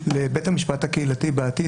לבית המשפט הקהילתי בעתיד,